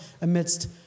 amidst